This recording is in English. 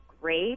great